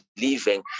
living